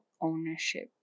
ownership